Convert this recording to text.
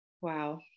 Wow